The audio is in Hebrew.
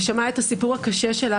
ושמעה את הסיפור הקשה שלה,